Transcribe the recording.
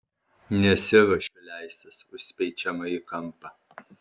nesiruošiu leistis užspeičiama į kampą